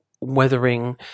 weathering